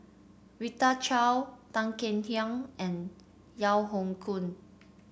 Rita Chao Tan Kek Hiang and Yeo Hoe Koon